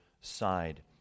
side